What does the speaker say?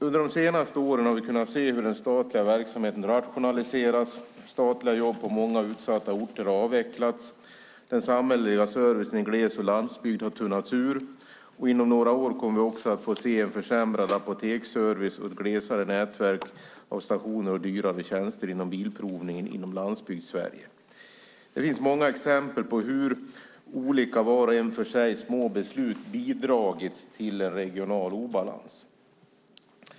Under de senaste åren har vi kunnat se hur den statliga verksamheten har rationaliserats, statliga jobb på många utsatta orter har avvecklats och den samhälleliga servicen i gles och landsbygden har tunnats ur. Inom några år kommer vi också att få se en försämrad apoteksservice och ett glesare nätverk av stationer och dyrare tjänster inom bilprovningen i Landsbygdssverige. Det finns många exempel på hur olika, i och för sig små, beslut har bidragit till regional obalans.